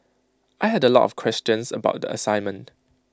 I had A lot of questions about the assignment